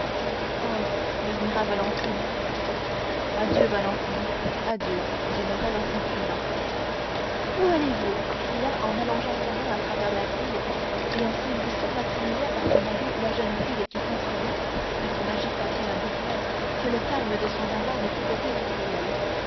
murmura valentine adieu valentine adieu dit morrel en s'inclinant où allez-vous cria en allongeant sa main à travers la grille et en saisissant maximilien par son habit la jeune fille qui comprenait à son agitation intérieure que le calme de son amant ne pouvait être réel